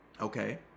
okay